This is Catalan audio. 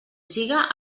siga